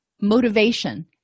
motivation